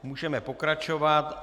Můžeme pokračovat.